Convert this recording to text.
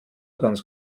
ganz